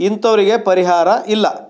ಇಂಥವರಿಗೆ ಪರಿಹಾರ ಇಲ್ಲ